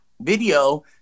video